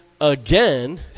again